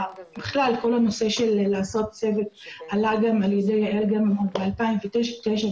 בכלל כל הנושא של לעשות צוות עלה גם על יעל גרמן ולא יושם,